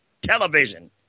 television